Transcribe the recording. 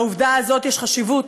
לעובדה הזו יש חשיבות,